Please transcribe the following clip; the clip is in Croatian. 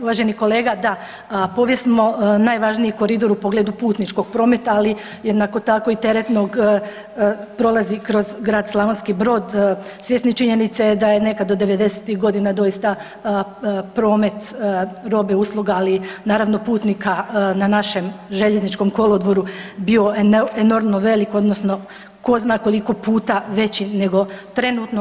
Uvaženi kolega, da pa uvijek smo najvažniji koridor u pogledu putničkog prometa, ali jednako tako i teretnog prolazi kroz Grad Slavonski Brod, svjesni činjenice da je nekad do devedesetih godina doista promet roba i usluga, ali naravno i putnika na našem željezničkom kolodvoru bio enormno velik odnosno tko zna koliko puta veći nego trenutno.